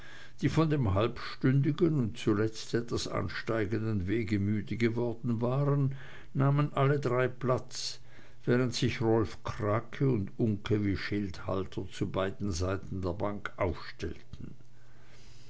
die von dem halbstündigen und zuletzt etwas ansteigenden wege müde geworden waren nahmen alle drei platz während sich rolf krake und uncke wie schildhalter zu beiden seiten der bank aufstellten